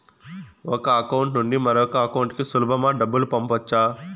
ఒక అకౌంట్ నుండి మరొక అకౌంట్ కు సులభమా డబ్బులు పంపొచ్చా